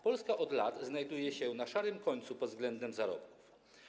Polska od lat znajduje się na szarym końcu pod względem zarobków.